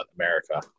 America